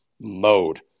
mode